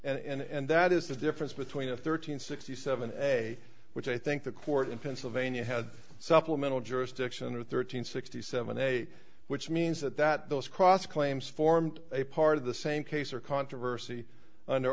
engaged in and that is the difference between a thirteen sixty seven and a which i think the court in pennsylvania had supplemental jurisdiction or thirteen sixty seven a which means that that those cross claims formed a part of the same case or controversy under